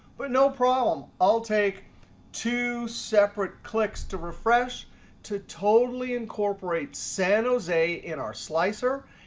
but no problem. i'll take two separate clicks to refresh to totally incorporate san jose in our slicer.